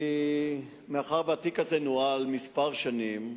מאחר שהתיק הזה נוהל כמה שנים,